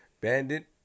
Bandit